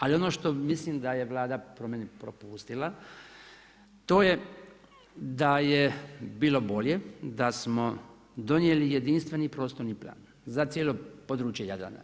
Ali ono što mislim da je Vlada po meni propustila to je da je bilo bolje da smo donijeli jedinstveni prostorni plan za cijelo područje Jadrana.